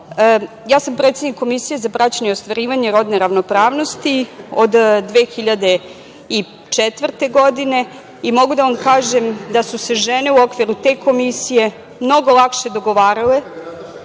sam predsednik Komisije za praćenje i ostvarivanje rodne ravnopravnosti od 2004. godine i mogu da vam kažem da su se žene u okviru te komisije mnogo lakše dogovarale